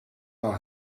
wel